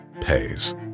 pays